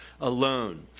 Alone